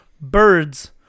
birds